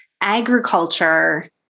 agriculture